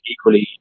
equally